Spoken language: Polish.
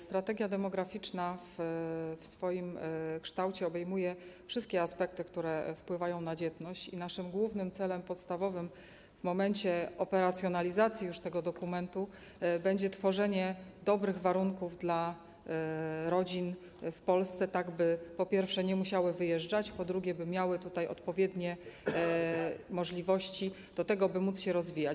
Strategia demograficzna˝ w swoim kształcie obejmuje wszystkie aspekty, które wpływają na dzietność, i naszym głównym, podstawowym celem w momencie już operacjonalizacji tego dokumentu będzie tworzenie dobrych warunków dla rodzin w Polsce, tak by, po pierwsze, nie musiały wyjeżdżać, po drugie, miały tutaj odpowiednie możliwości do tego, by móc się rozwijać.